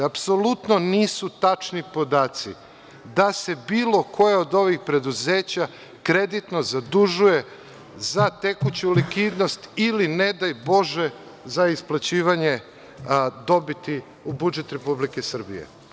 Apsolutno nisu tačni podaci da se bilo koje od ovih preduzeća kreditno zadužuje za tekuću likvidnost ili, ne daj bože, za isplaćivanje dobiti u budžet Republike Srbije.